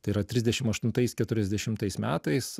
tai yra trisdešim aštuntais keturiasdešimtais metais